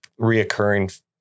reoccurring